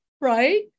Right